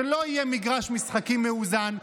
כדי שלא יהיה מגרש משחקים מאוזן,